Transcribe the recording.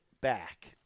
back